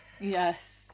yes